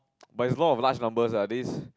but is vote for last number lah this